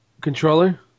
controller